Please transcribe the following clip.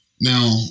Now